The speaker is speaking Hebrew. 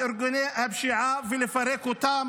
בארגוני הפשיעה,